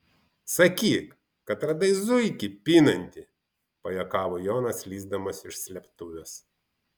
sakyk kad radai zuikį pinantį pajuokavo jonas lįsdamas iš slėptuvės